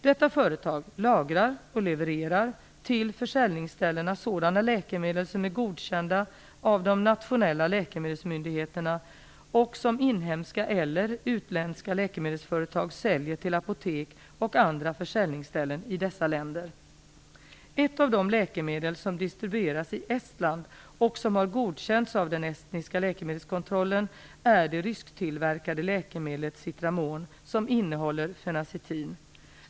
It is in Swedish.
Detta företag lagrar och levererar till försäljningsställena sådana läkemedel som är godkända av de nationella läkemedelsmyndigheterna, och som inhemska eller utländska läkemedelsföretag säljer till apotek och andra försäljningsställen i dessa länder. Ett av de läkemedel som distribueras i Estland och som har godkänts av den estniska läkemedelskontrollen är det rysktillverkade läkemedlet Citramon, som innehåller fenacetin.